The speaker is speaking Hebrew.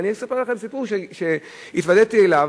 ואני אספר לכם סיפור שהתוודעתי אליו.